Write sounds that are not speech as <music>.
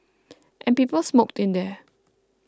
<noise> and people smoked in there